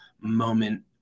moment